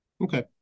Okay